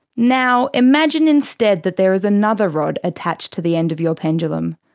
now, imagine instead that there is another rod attached to the end of your pendulum.